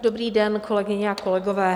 Dobrý den, kolegyně a kolegové.